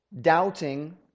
doubting